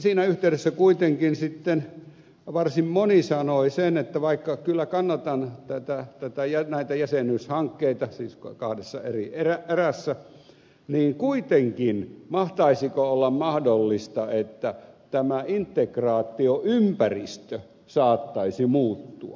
siinä yhteydessä kuitenkin sitten varsin moni sanoi että vaikka kyllä kannatan näitä jäsenyyshankkeita siis kahdessa eri erässä niin kuitenkin mahtaisiko olla mahdollista että tämä integraatioympäristö saattaisi muuttua